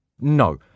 No